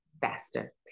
faster